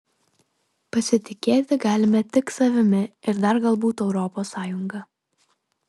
pasitikėti galime tik savimi ir dar galbūt europos sąjunga